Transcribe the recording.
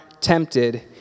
tempted